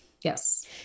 Yes